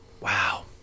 Wow